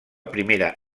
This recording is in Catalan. primera